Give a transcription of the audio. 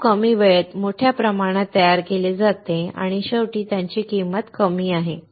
हे खूप कमी वेळेत मोठ्या प्रमाणात तयार केले जाते आणि शेवटी त्याची किंमत कमी आहे